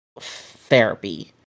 therapy